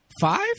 Five